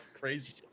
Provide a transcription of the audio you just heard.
crazy